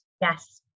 Yes